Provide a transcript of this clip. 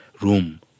room